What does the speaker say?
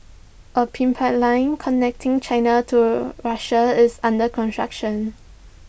A connecting China to Russia is under construction